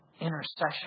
Intercession